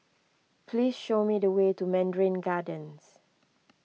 please show me the way to Mandarin Gardens